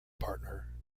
partner